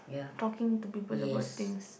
talking to people about things